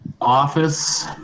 Office